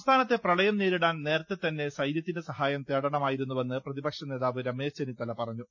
സംസ്ഥാനത്തെ പ്രപളയം നേരിടാൻ നേരത്തെ തന്നെ സൈന്യത്തിന്റെ സഹായം തേടണമായിരുന്നുവെന്ന് പ്രതിപക്ഷനേതാവ് രമേശ് ചെന്നിത്തല പറഞ്ഞു